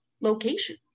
location